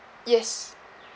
yes